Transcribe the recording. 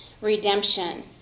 redemption